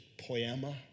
poema